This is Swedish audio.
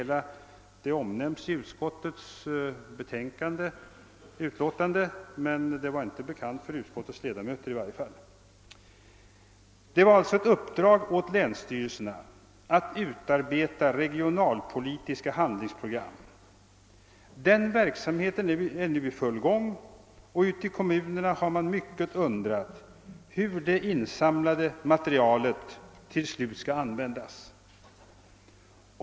Saken omnämndes i dess utlåtande, men cirkuläret var inte bekant för utskottets ledamöter. Cirkuläret innebär alltså ett uppdrag åt länsstyrelserna att utarbeta regionalpolitiska handlingsprogram. Den verksamheten är nu i full gång, och ute i kommunerna har man mycket undrat hur det insamlade materialet till slut skall användas.